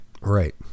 Right